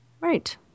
right